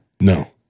No